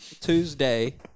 Tuesday